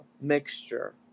mixture